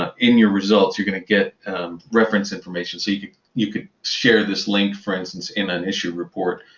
ah in your results, you're going to get reference information. so you you could share this link, for instance, in an issue report.